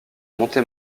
monte